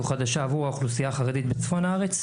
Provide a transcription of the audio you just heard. חדשה עבור האוכלוסייה החרדית בצפון הארץ.